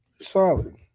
Solid